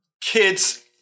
kids